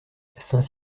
saint